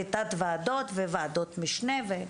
ותת-ועדות וועדות משנה.